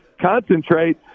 concentrate